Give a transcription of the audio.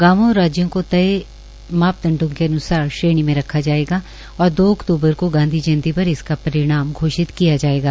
गांवों और राज्यों को तय मापदंडो के अन्सार श्रेणी में रखा जायेगा और दो अक्तूबर को गांधी जयंती पर इसका परिणाम घोषित किया जायेगा